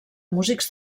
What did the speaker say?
músics